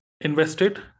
invested